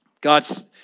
God's